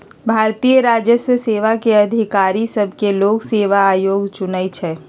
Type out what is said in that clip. भारतीय राजस्व सेवा के अधिकारि सभके लोक सेवा आयोग चुनइ छइ